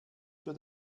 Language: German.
für